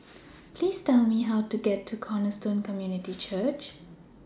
Please Tell Me How to get to Cornerstone Community Church